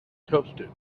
toasted